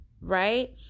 right